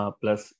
plus